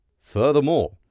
Furthermore